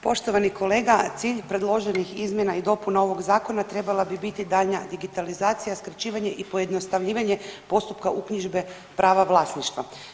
Poštovani kolega cilj predloženih izmjena i dopuna ovog zakona trebala bi biti daljnja digitalizacija, skraćivanje i pojednostavljivanje postupka uknjižbe prava vlasništva.